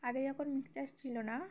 আগে যখন মিক্সার ছিল না